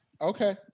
okay